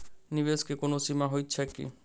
निवेश केँ कोनो सीमा होइत छैक की?